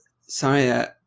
sorry